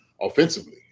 offensively